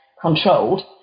controlled